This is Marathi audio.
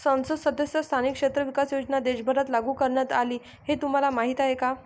संसद सदस्य स्थानिक क्षेत्र विकास योजना देशभरात लागू करण्यात आली हे तुम्हाला माहीत आहे का?